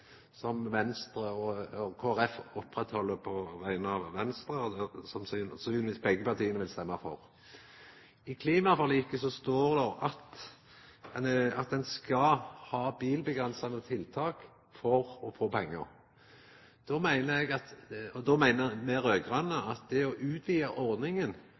av Venstre, og som begge partia sannsynlegvis vil stemma for. I klimaforliket står det at ein skal ha bilavgrensande tiltak for å få pengar. Me raud-grøne meiner at det å utvida ordninga